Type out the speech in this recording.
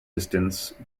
distance